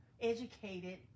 educated